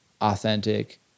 authentic